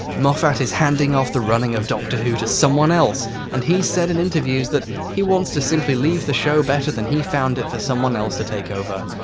moffat is handing off the running of doctor who to someone else and he said in interviews that he wants to simply leave the show better than he found it for someone else to take over.